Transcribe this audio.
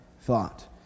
thought